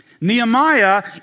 Nehemiah